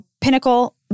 pinnacle